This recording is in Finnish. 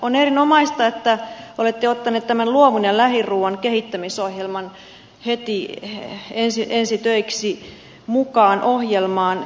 on erinomaista että olette ottaneet tämän luomun ja lähiruuan kehittämisohjelman heti ensi töiksi mukaan ohjelmaan